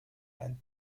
ein